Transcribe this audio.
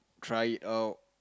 try it out